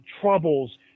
troubles